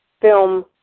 film